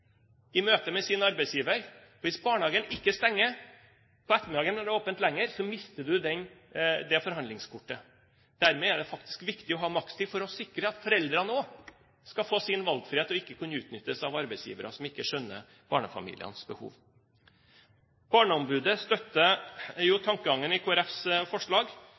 i møte med sin arbeidsgiver. Hvis barnehagen ikke stenger om ettermiddagen og det er åpent lenger, mister du det forhandlingskortet. Dermed er det faktisk viktig å ha makstid for å sikre at foreldrene også skal få sin valgfrihet og ikke skal kunne utnyttes av arbeidsgivere som ikke skjønner barnefamilienes behov. Barneombudet støtter tankegangen i Kristelig Folkepartis forslag.